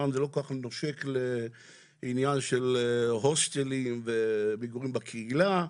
אמנם זה נושק לעניין ההוסטלים ומגורים בקהילה,